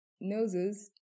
noses